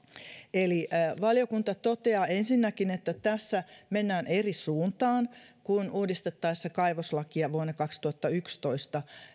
eli valiokunta toteaa ensinnäkin että tässä mennään eri suuntaan kuin uudistettaessa kaivoslakia vuonna kaksituhattayksitoista